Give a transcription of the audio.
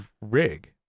rig